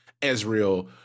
Ezreal